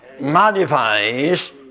modifies